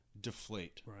deflate